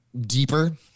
deeper